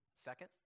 second